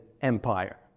Empire